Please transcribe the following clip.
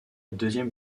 deuxième